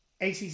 ACC